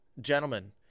gentlemen